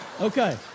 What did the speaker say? okay